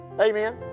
Amen